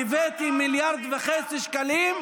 אל תסתכל עלינו,